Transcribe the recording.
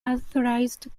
authorised